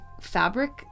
fabric